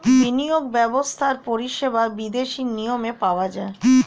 বিনিয়োগ ব্যবস্থার পরিষেবা বিদেশি নিয়মে পাওয়া যায়